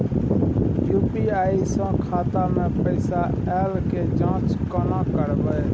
UPI स खाता मे पैसा ऐल के जाँच केने करबै?